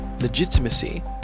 legitimacy